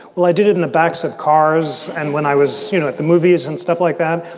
well, i did it in the backs of cars. and when i was, you know, at the movies and stuff like that,